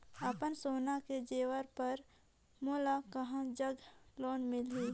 अपन सोना के जेवर पर मोला कहां जग लोन मिलही?